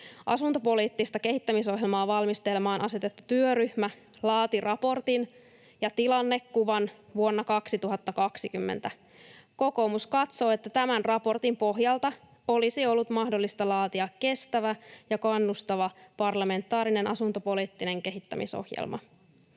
Asuntopoliittista kehittämisohjelmaa valmistelemaan asetettu työryhmä laati raportin ja tilannekuvan vuonna 2020. Kokoomus katsoo, että tämän raportin pohjalta olisi ollut mahdollista laatia kestävä ja kannustava parlamentaarinen asuntopoliittinen kehittämisohjelma.